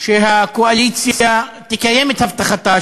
שהקואליציה תקיים את הבטחתה,